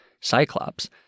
Cyclops